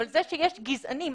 אבל זה שיש גזענים,